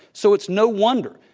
so it's no wonder,